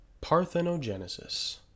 Parthenogenesis